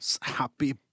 happy